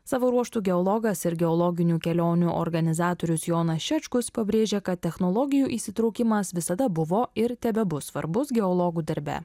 savo ruožtu geologas ir geologinių kelionių organizatorius jonas šečkus pabrėžia kad technologijų įsitraukimas visada buvo ir tebebus svarbus geologų darbe